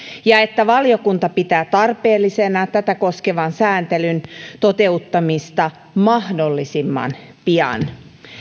ja että valiokunta pitää tarpeellisena tätä koskevan sääntelyn toteuttamista mahdollisimman pian